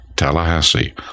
Tallahassee